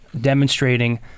demonstrating